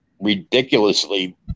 ridiculously